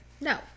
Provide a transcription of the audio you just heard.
No